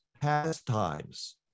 pastimes